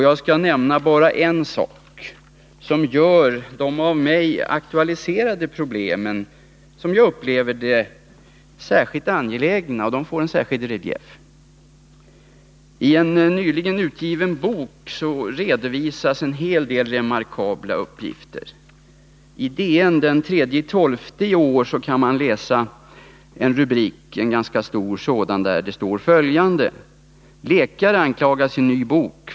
Jag skall bara nämna en sak som ger de av mig aktualiserade problemen en särskild relief. I en nyligen utgiven bok redovisas en hel del remarkabla uppgifter. I Dagens Nyheter den 3 december i år kan man läsa en ganska stor rubrik som lyder ”Läkare anklagas i ny bok.